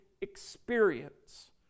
experience